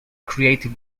creative